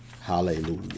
Hallelujah